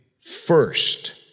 first